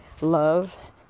love